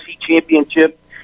Championship